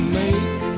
make